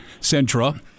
Sentra